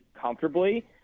comfortably